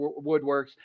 woodworks